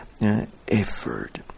effort